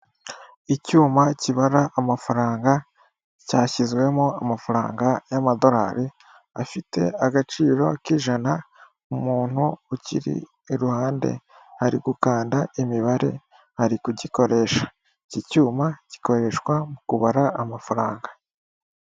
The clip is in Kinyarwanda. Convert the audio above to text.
Icyuma kibara amafaranga cyashyizwemo amafaranga y'amadolari, afite agaciro k'ijana, umuntu ukiri iruhande ari gukanda imibare, ari kugikoresha. Iki cyuma gikoreshwa mu kubara amafaranga.